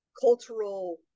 cultural